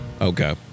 Okay